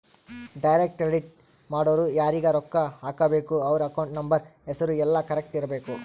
direct credit ಮಾಡೊರು ಯಾರೀಗ ರೊಕ್ಕ ಹಾಕಬೇಕು ಅವ್ರ ಅಕೌಂಟ್ ನಂಬರ್ ಹೆಸರು ಯೆಲ್ಲ ಕರೆಕ್ಟ್ ಇರಬೇಕು